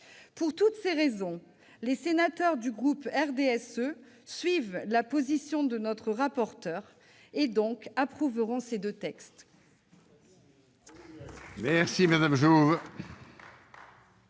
Pour toutes ces raisons, les sénateurs du groupe du RDSE suivront la position du rapporteur et approuveront ces deux textes.